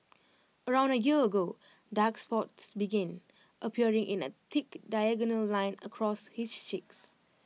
around A year ago dark spots began appearing in A thick diagonal line across his cheeks